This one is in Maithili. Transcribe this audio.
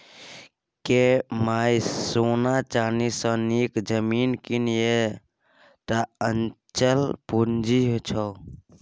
गै माय सोना चानी सँ नीक जमीन कीन यैह टा अचल पूंजी छौ